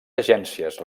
agències